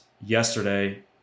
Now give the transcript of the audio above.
yesterday